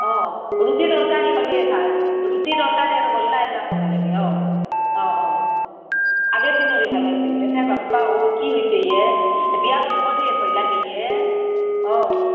অ' ৰুটী তৰকাৰী হ'লেই ভাল ৰুটী তৰকাৰী আৰু গোল্লা এটা খোৱাব লাগে অ' অ' অ' আগৰ দিনৰে ভাল আছিল এথেন বাপ্পাঐ কি হৈছে এ বিয়া বুলি ক'লে ভয় লাগে এ অ'